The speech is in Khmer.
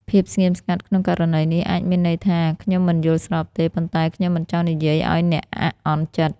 ភាពស្ងៀមស្ងាត់ក្នុងករណីនេះ អាចមានន័យថា ខ្ញុំមិនយល់ស្របទេ ប៉ុន្តែខ្ញុំមិនចង់និយាយឱ្យអ្នកអាក់អន់ចិត្ត។